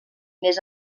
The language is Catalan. més